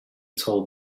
told